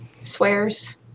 Swears